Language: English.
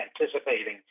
anticipating